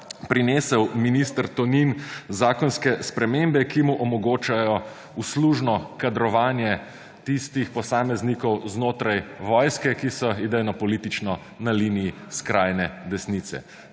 prinesel minister Tonin zakonske spremembe, ki mu omogočajo uslužno kadrovanje tistih posameznikov znotraj vojske, ki so idejnopolitično na liniji skrajne desnice.